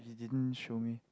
didn't show me